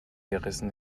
gerissen